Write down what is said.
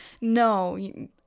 no